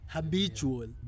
Habitual